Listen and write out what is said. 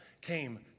came